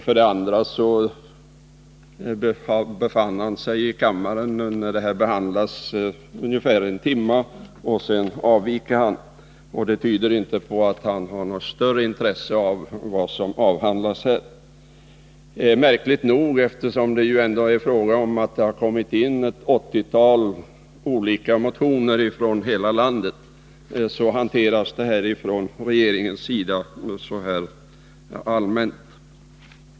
Han befann sig inte heller i kammaren längre än en timme när detta behandlades. Efter en timme avvek han, och det tyder inte på att han har något större intresse av vad som avhandlas här. Detta är märkligt, eftersom det ändå kommit ett åttiotal olika motioner, representerande hela landet. Trots detta hanterar regeringen det hela så där allmänt.